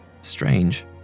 Strange